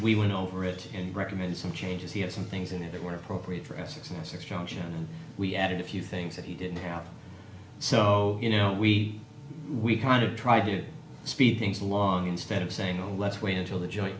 we went over it and recommend some changes he had some things in there that were appropriate for a successor structure we added a few things that he didn't have so you know we we kind of try to speed things along instead of saying oh let's wait until the jo